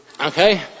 okay